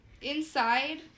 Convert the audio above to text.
inside